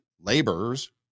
laborers